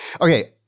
Okay